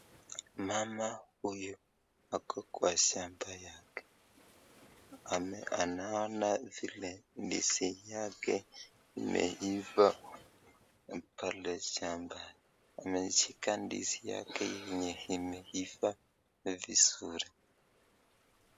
Mama huyu ako kwa shamba yake anaona vile ndizi yake imeiva pale shamba, ameshika ndizi yake yenye imeiva vizuri.